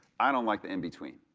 i don't like the in between.